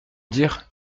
dire